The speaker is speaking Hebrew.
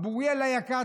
הרב אוריאל היקר,